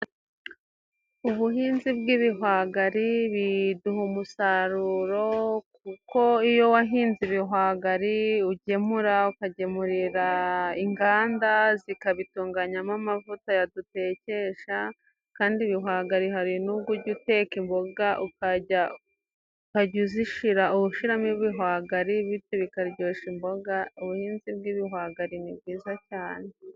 Ubuhinzi bw'ibihwagari biduha umusaruro kuko iyo wahinze ibihwagari ugemura ukagemurira inganda zikabitunganyamo amavuta aya dutekesha, kandi ibihwagari hari n'ubwo ujya uteka imboga ukajya ukajya uzishira ushiramo ibihwagari bityo bikaryosha imboga. Ubuhinzi bw'ibihwagari ni bwiza cyane.